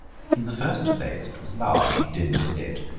in the first place it was large and dimly lit,